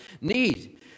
need